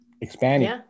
expanding